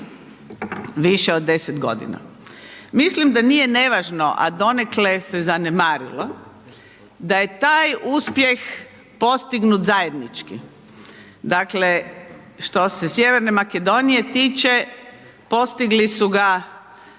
više od 10 godina. Mislim da nije nevažno, a donekle se zanemarilo, da je taj uspjeh postignut zajednički, dakle, što se Sj. Makedonije tiče, postigli su ga